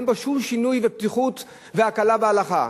ואין בו שינוי ופתיחות והקלה בהלכה,